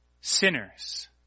sinners